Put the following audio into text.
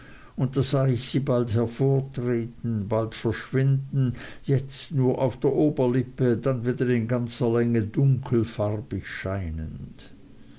und da sah ich sie bald hervortreten bald verschwinden jetzt nur auf der oberlippe dann wieder in ganzer länge dunkelfarbig erscheinend